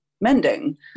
mending